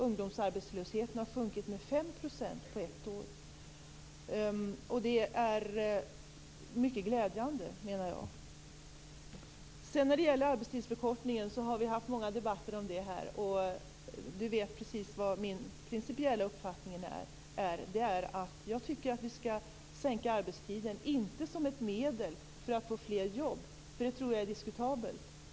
Ungdomsarbetslösheten har sjunkit med 5 % på ett år. Det är mycket glädjande, menar jag. Arbetstidsförkortningen har vi haft många debatter om. Barbro Johansson vet precis vilken min principiella uppfattning är. Jag tycker att vi skall sänka arbetstiden, men inte som ett medel för att få fler jobb. Det tror jag är diskutabelt.